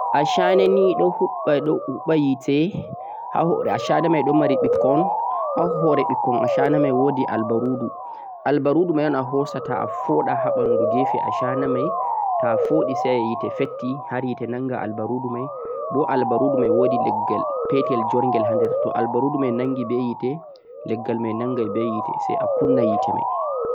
ashana ni don huuwa hooba hite haa hoore ni don bikkon haa hoore bikkon mei woodi albaarudu albarudu mei hoosata toh foodha haa bandu kefe ashana mei toh foodhi sai heti petti hite naanga albarudu mei boh albarudu mei leggel petal hander toh albarudu a naangal be hite joggal mei naangal sai gunna hite mei